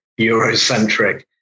Eurocentric